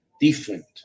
different